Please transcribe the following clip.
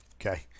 Okay